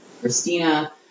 Christina